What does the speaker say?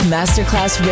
Masterclass